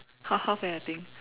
half half eh I think